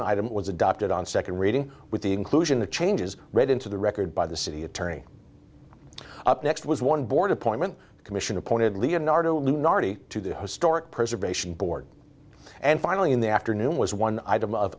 second item was adopted on second reading with the inclusion the changes read into the record by the city attorney up next was one board appointment commission appointed leonardo lunardi to the historic preservation board and finally in the afternoon was one item of